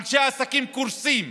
אנשי עסקים קורסים,